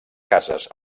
cases